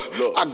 look